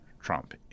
Trump